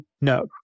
No